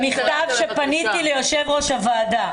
המכתב שהפניתי ליושב ראש הוועדה.